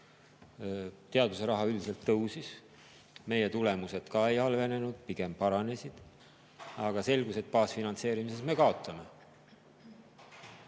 Teaduse raha üldiselt tõusis, meie tulemused ka ei halvenenud, pigem paranesid, aga selgus, et baasfinantseerimises me kaotame.